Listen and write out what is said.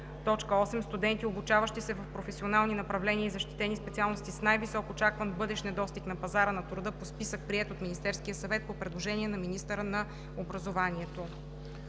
т. 8: „8. студенти, обучаващи се в професионални направления и защитени специалности с най-висок очакван бъдещ недостиг на пазара на труда, по списък, приет от Министерския съвет по предложение на министъра на образованието